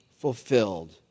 fulfilled